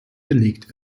belegt